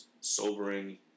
sobering